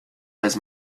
does